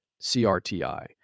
CRTI